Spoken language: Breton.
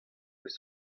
eus